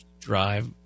drive